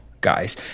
guys